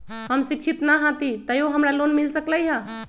हम शिक्षित न हाति तयो हमरा लोन मिल सकलई ह?